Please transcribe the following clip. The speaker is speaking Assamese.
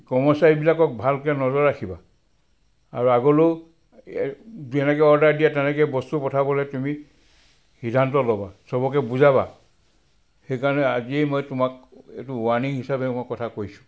কৰ্মচাৰীবিলাকক ভালকৈ নজৰ ৰাখিবা আৰু আগলৈও যেনেকৈ অৰ্ডাৰ দিয়ে তেনেকৈ বস্তু পঠাবলৈ তুমি সিদ্ধান্ত ল'বা সবকে বুজাবা সেইকাৰণে আজিয়েই মই তোমাক এইটো ৱাৰ্ণিং হিচাপে মই কথা কৈছোঁ